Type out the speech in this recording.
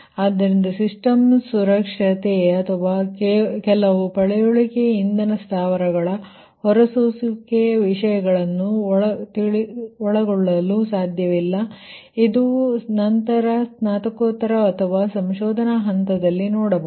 ಅದ್ದುದರಿಂದ system ಸುರಕ್ಷತೆ ಅಥವಾ ಕೆಲವು ಪಳೆಯುಳಿಕೆ ಇಂಧನ ಸ್ಥಾವರಗಳ ಹೊರಸೂಸುವಿಕೆಯ ವಿಷಯಗಳನ್ನು ಒಳಗೊಳ್ಳಲು ಸಾಧ್ಯವಿಲ್ಲ ಇದು ನಂತರ ಸ್ನಾತಕೋತ್ತರ ಅಥವಾ ಸಂಶೋಧನಾ ಹಂತದಲ್ಲಿ ನೋಡಬಹುದು